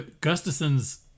Gustafson's